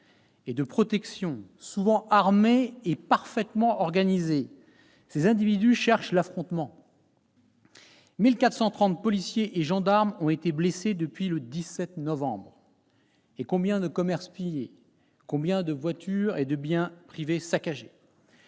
et de protection, souvent armés et parfaitement organisés, ces individus cherchent l'affrontement. Ainsi, 1 430 policiers et gendarmes ont été blessés depuis le 17 novembre. Et combien de commerces pillés, combien de voitures et de biens privés saccagés ?